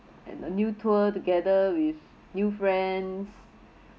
and a new tour together with new friends